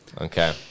Okay